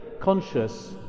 conscious